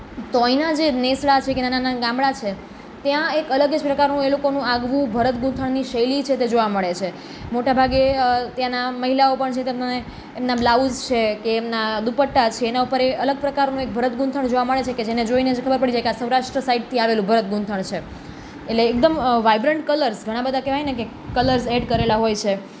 તો અહીંયા જે નેસડા છેકે નાના નાના ગામડા છે ત્યાં એક અલગ જ પ્રકારનું એ લોકોનું આગવું ભરત ગૂંથણની શૈલી છે તે જોવા મળે છે મોટા ભાગે ત્યાંનાં મહિલાઓ પણ જે તેમાંય એમના બ્લાઉઝ છેકે એમના દુપટા છે એના ઉપર એ અલગ પ્રકારનું એક ભરત ગૂંથણ જોવા મળે છેકે જેને જોઈને જ ખબર પડી જાય કે સૌરાષ્ટ્ર સાઈડથી આવેલું ભરત ગૂંથણ છે એટલે એકદમ વાઇબ્રન્ટ કલર્સ ઘણાં બધાં કહેવાયને કે કલર્સ એડ કરેલાં હોય છે